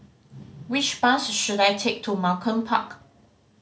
which bus should I take to Malcolm Park